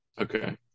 Okay